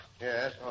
Yes